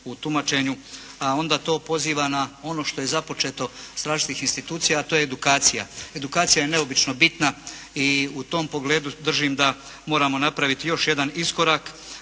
u tumačenju. Onda to poziva na ono što je započeto s različitih institucija, a to je edukacija. Edukacija je neobično bitna i u tom pogledu držim da moramo napraviti još jedan iskorak